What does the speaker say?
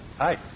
Hi